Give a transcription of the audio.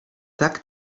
tak